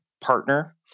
partner